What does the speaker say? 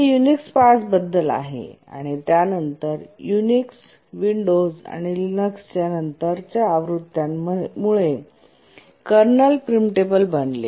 हे युनिक्स 5 बद्दल आहे आणि नंतर युनिक्स विंडोज आणि लिनक्सच्या नंतरच्या आवृत्त्यांमुळे कर्नल प्रीम्पिटेबल बनले